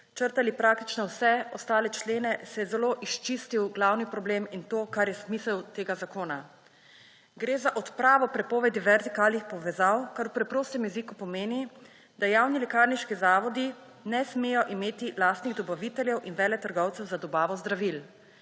črtali praktično vse ostale člene, se je zelo izčistil glavni problem in to, kar je smisel tega zakona. Gre za odpravo prepovedi vertikalnih povezav, kar v preprostem jeziku pomeni, da javni lekarniški zavodi ne smejo imeti lastnih dobaviteljev in veletrgovcev za dobavo zdravil.